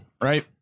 right